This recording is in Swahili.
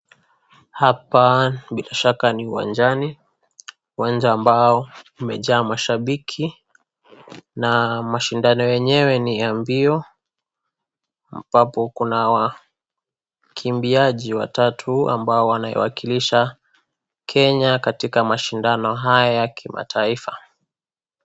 Hapa bila shaka ni uwanajni, uwanja ambao umejaa mashabiki na mashindano yenyewe ni ya mbio ambapo kuna wakimbiaji watatu ambao wanaiwakilisha Kenya katika mashindano haya ya kimataifa.